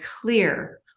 clear